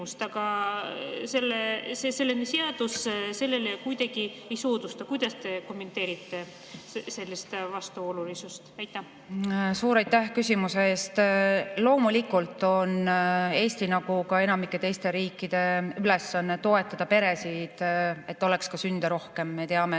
aga selline seadus seda kuidagi ei soodusta. Kuidas te kommenteerite sellist vastuolulisust? Suur aitäh küsimuse eest! Loomulikult on Eesti, nagu ka enamiku teiste riikide ülesanne toetada peresid, et oleks sünde rohkem. Me teame,